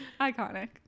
Iconic